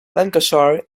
lancashire